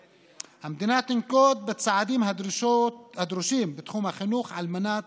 (ב) "המדינה תנקוט בצעדים הדרושים בתחום בחינוך על מנת